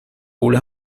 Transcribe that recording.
rôle